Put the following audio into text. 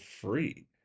free